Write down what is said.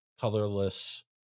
colorless